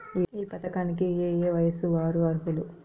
ఈ పథకానికి ఏయే వయస్సు వారు అర్హులు?